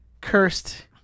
cursed